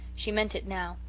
she meant it now.